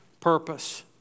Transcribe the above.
Purpose